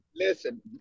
Listen